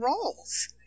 roles